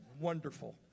wonderful